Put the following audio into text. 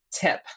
tip